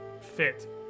fit